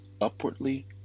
upwardly